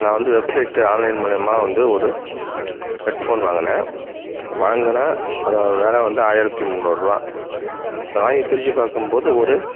நான் வந்து website online மூலிமா வந்து ஒரு ஹெட்ஃபோன் வாங்கினேன் வாங்கினேன் அதோடய விலை வந்து ஆயிரத்தி முன்னூறுவா வாங்கி பிரித்து பார்க்கம் போது ஒரு